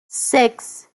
six